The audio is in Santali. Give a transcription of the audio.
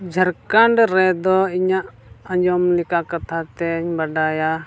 ᱡᱷᱟᱲᱠᱷᱚᱸᱰ ᱨᱮᱫᱚ ᱤᱧᱟᱹᱜ ᱟᱸᱡᱚᱢ ᱞᱮᱠᱟ ᱠᱟᱛᱷᱟ ᱛᱮᱧ ᱵᱟᱰᱟᱭᱟ